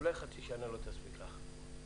אולי חצי שנה לא תספיק לך?